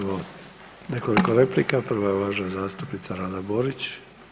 Imamo nekoliko replika, prva je uvažena zastupnica Rada Borić.